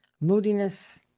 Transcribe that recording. moodiness